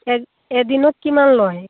এদিনত কিমান লয়